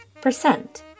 percent